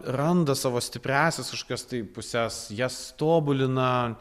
randa savo stipriąsias kažkokias tai puses jas tobulina